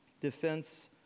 defense